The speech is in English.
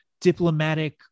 diplomatic